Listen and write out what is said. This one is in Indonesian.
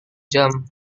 jam